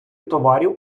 товарів